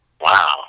Wow